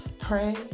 pray